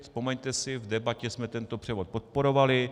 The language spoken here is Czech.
Vzpomeňte si, v debatě jsme tento převod podporovali.